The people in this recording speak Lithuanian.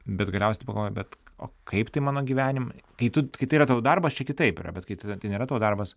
bet galiausiai tai pagalvoji bet o kaip tai mano gyvenimui kai tu kai tai yra tavo darbas čia kitaip yra bet kai tai tai nėra nėra tavo darbas